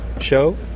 show